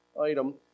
Item